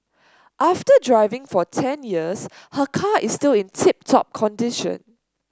after driving for ten years her car is still in tip top condition